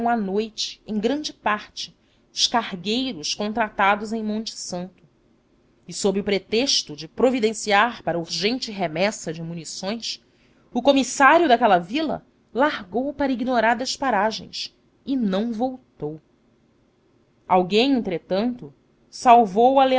à noite em grande parte os cargueiros contratados em monte santo e sob o pretexto de providenciar para urgente remessa de munições o comissário daquela vila largou para ignoradas paragens e não voltou alguém entretanto salvou